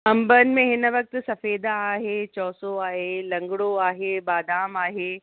अंबनि में हिन वक्त सफ़ेदा आहे चौसो आहे लॻंड़ो आहे बादाम आहे